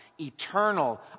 eternal